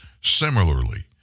similarly